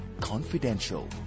confidential